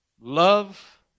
Love